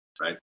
right